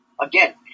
again